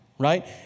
Right